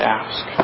ask